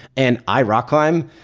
and i rock climb,